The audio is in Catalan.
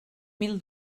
mil